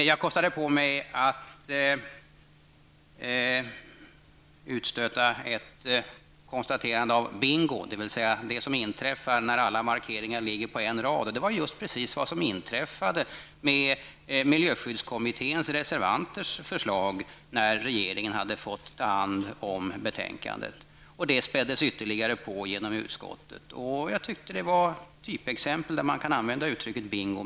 Jag kostade på mig att utstöta ett ''bingo! '', dvs. det som inträffar när alla markeringar ligger på en rad. Det var just precis vad som inträffade med miljöskyddskommitténs reservanters förslag när regeringen hade fått ta hand om betänkandet. Detta späddes ytterligare på genom utskottet. Jag tyckte detta var ett typexempel på när man kan använda utropet ''bingo!